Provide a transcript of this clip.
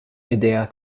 idea